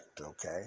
okay